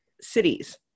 cities